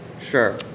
Sure